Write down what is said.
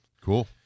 Cool